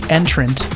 entrant